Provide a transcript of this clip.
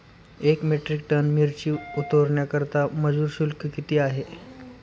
एक metric ton मिरची उतरवण्याकरता मजूर शुल्क किती आहे?